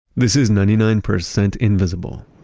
this is ninety nine percent invisible,